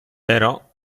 però